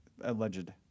alleged